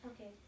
Okay